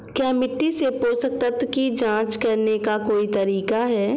क्या मिट्टी से पोषक तत्व की जांच करने का कोई तरीका है?